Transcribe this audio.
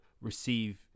receive